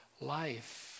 life